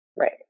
Right